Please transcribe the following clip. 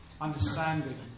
understanding